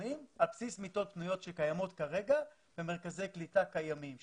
הראשונים על בסיס מיטות פנויות שקיימות כרגע במרכזי קליטה קיימים,